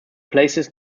places